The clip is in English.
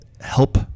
help